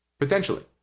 potentially